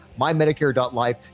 mymedicare.life